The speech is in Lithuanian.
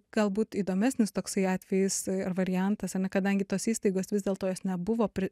galbūt įdomesnis toksai atvejis ar variantas ar ne kadangi tos įstaigos vis dėlto jos nebuvo pri